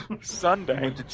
Sunday